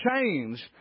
change